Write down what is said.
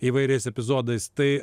įvairiais epizodais tai